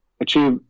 achieve